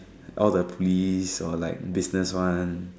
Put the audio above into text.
all the police or like business one